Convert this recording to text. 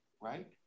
right